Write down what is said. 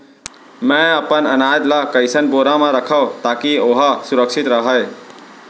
मैं अपन अनाज ला कइसन बोरा म रखव ताकी ओहा सुरक्षित राहय?